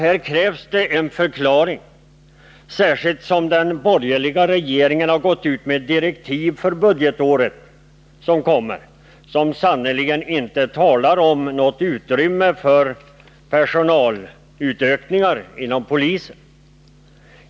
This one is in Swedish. Här krävs det en förklaring, särskilt som den borgerliga regeringen har gått ut med direktiv för det budgetår som kommer och där det sannerligen inte talas om något utrymme för personalutökningar inom polisen.